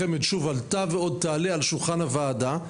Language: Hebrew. בחמ"ד שוב עלתה ועוד תעלה על שולחן הוועדה.